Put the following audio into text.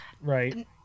right